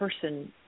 person